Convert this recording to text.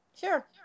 Sure